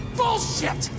bullshit